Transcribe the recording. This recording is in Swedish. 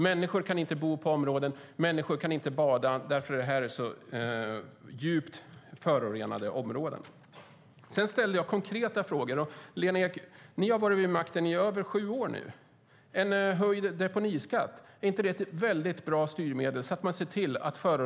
Människor kan inte bo i vissa områden och bada i vissa vatten eftersom de är så djupt förorenade. Jag ställde några konkreta frågor. Ni har varit vid makten, Lena Ek, i över sju år. Är inte en höjd deponiskatt ett bra styrmedel så att förorenaren betalar?